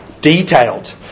detailed